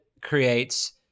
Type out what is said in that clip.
creates